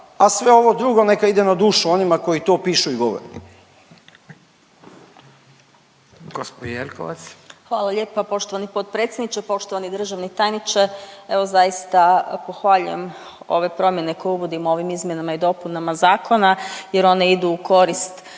a sve ovo drugo neka ide na dušu onima koji to pišu i govore.